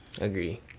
Agree